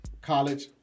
college